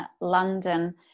London